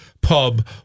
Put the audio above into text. pub